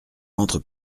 entre